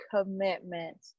commitment